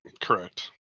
correct